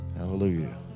Hallelujah